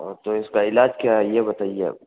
और तो इसका इलाज क्या है ये बताइए अब